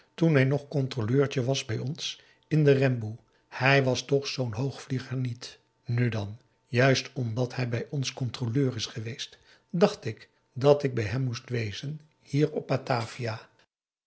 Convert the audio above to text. toen hij nog controleurtje was bij ons in de remboe hij was toch zoo'n hoogvlieger niet nu dan juist omdat hij bij ons controleur is geweest dacht ik dat ik bij hem moest wezen hier op batavia